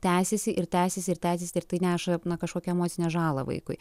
tęsiasi ir tęsiasi ir tęsiasi ir tai neša na kažkokią emocinę žalą vaikui